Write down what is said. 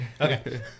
Okay